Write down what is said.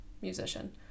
musician